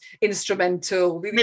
instrumental